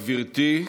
גברתי.